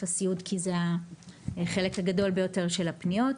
הסיעוד כי זה החלק הגדול ביותר של הפניות,